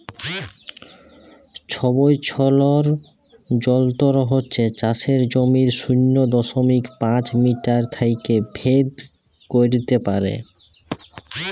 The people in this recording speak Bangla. ছবছৈলর যলত্র যেট চাষের জমির শূন্য দশমিক পাঁচ মিটার থ্যাইকে ভেদ ক্যইরতে পারে